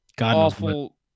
awful